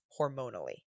hormonally